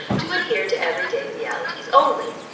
to adhere to every-day realities only.